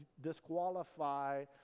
disqualify